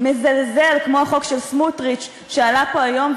מזלזל כמו החוק של סמוטריץ שעלה פה היום,